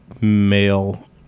male